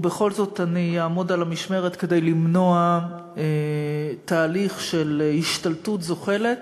בכל זאת אני אעמוד על המשמרת כדי למנוע תהליך של השתלטות זוחלת.